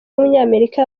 w’umunyamerika